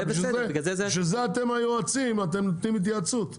בשביל זה אתם היועצים, אתם נותנים התייעצות.